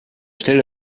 stelle